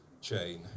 chain